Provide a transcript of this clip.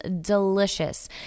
delicious